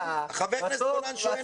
חבר הכנסת גולן שואל מספר, תיתן לו מספר.